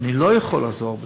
ואני לא יכול לעזור בזה,